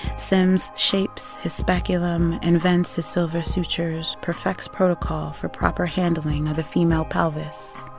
sims shapes his speculum, invents his silver sutures, perfects protocol for proper handling of the female pelvis.